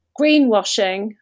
greenwashing